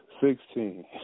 Sixteen